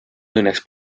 õnneks